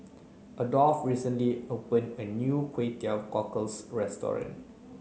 Adolf recently opened a new Kway Teow Cockles Restaurant